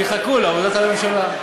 שיחכו לעבודת הממשלה.